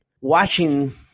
watching